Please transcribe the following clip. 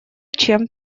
чем